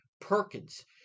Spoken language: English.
Perkins